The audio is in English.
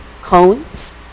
cones